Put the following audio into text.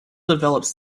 develops